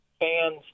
fans